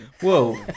Whoa